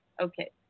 Okay